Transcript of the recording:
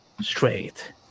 straight